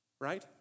right